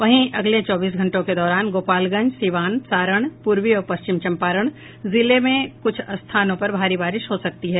वहीं अगले चौबीस घंटों के दौरान गोपालगंज सीवान सारण पूर्वी और पश्चिम चम्पारण जिले में कुछ स्थानों पर भारी बारिश हो सकती है